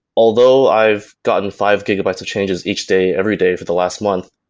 although i've gotten five gigabytes of changes each day, every day for the last month,